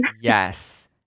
Yes